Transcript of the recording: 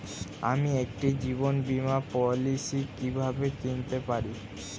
আমি একটি জীবন বীমা পলিসি কিভাবে কিনতে পারি?